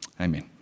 Amen